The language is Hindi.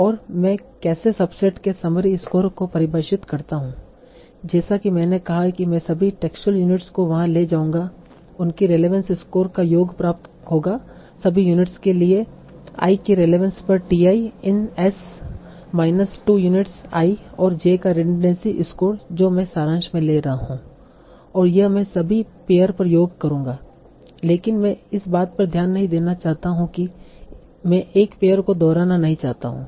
और मैं कैसे सबसेट के समरी स्कोर को परिभाषित करता हूं जैसा कि मैंने कहा कि मैं सभी टेक्सुअल यूनिट्स को वहां ले जाऊंगा उनकी रेलेवंस स्कोर का योग प्राप्त होगा सभी यूनिट्स के लिए i की रेलेवंस पर t i in s minus 2 units i और j का रिडनड़ेंसी स्कोर जो मैं सारांश में ले रहा हूँ और यह मैं सभी पेअर पर योग करूँगा लेकिन मैं इस बात पर ध्यान नहीं देना चाहता हूँ कि मैं एक पेअर को दोहराना नहीं चाहता हूँ